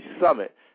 summit